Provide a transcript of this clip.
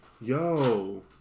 Yo